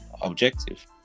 objective